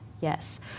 yes